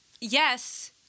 Yes